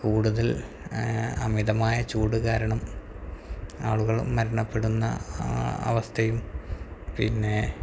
കൂടുതൽ അമിതമായ ചൂട് കാരണം ആളുകള് മരണപ്പെടുന്ന ആ അവസ്ഥയും പിന്നെ